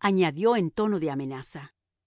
añadió en tono de amenaza